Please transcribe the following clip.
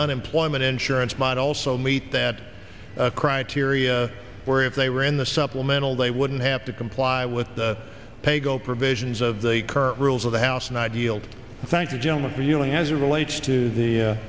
unemployment insurance might also meet that criteria where if they were in the supplemental they wouldn't have to comply with the pay go provisions of the current rules of the house an ideal thank you gentlemen feeling as it relates to the